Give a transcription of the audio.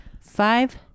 Five